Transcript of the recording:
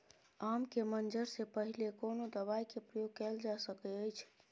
आम के मंजर से पहिले कोनो दवाई के प्रयोग कैल जा सकय अछि?